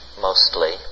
mostly